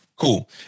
Cool